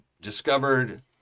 discovered